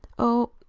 oh,